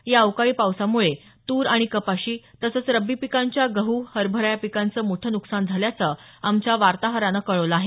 या अवकाळी पावसामुळे तूर आणि कपाशी तसंच रब्बी पिकांच्या गहू हरभरा या पिकांचं मोठं नुकसान झाल्याचं आमच्या वार्ताहरानं कळवलं आहे